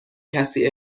کسی